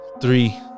Three